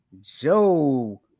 Joe